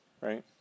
Right